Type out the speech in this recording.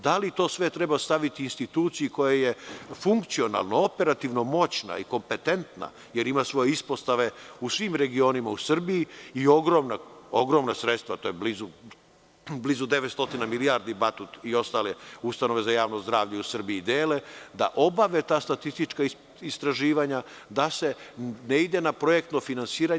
Da li to sve treba staviti instituciji koja je funkcionalno, operativno moćna i kompetentna, jer ima svoje ispostave u svim regionima u Srbiji i ogromna sredstva, blizu 900 milijardi „Batut“ i ostale ustanove za javno zdravlje u Srbiji dele, da obave ta statistička istraživanja, da se ne ide na projektno finansiranje?